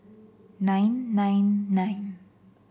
nine nine nine